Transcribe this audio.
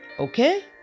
Okay